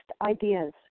ideas